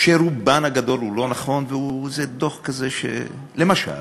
שרובן הגדול לא נכון, וזה דוח כזה, למשל,